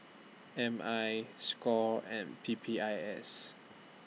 M I SCORE and P P I S